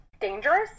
dangerous